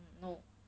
no